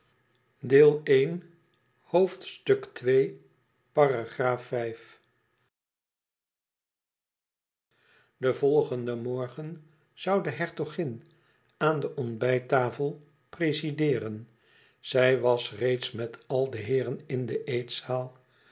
den volgenden morgen zoû de hertogin aan de ontbijttafel prezideeren zij was reeds met al de heeren in de eetzaal